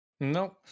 Nope